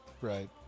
Right